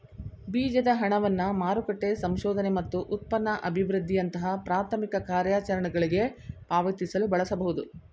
ಬೀಜದ ಹಣವನ್ನ ಮಾರುಕಟ್ಟೆ ಸಂಶೋಧನೆ ಮತ್ತು ಉತ್ಪನ್ನ ಅಭಿವೃದ್ಧಿಯಂತಹ ಪ್ರಾಥಮಿಕ ಕಾರ್ಯಾಚರಣೆಗಳ್ಗೆ ಪಾವತಿಸಲು ಬಳಸಬಹುದು